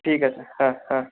ঠিক আছে হ্যাঁ হ্যাঁ